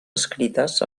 escrites